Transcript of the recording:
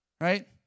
right